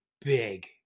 big